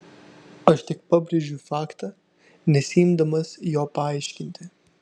aš tik pabrėžiu faktą nesiimdamas jo paaiškinti